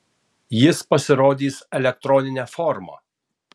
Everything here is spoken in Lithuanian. jis pasirodys elektronine forma